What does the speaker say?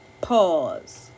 pause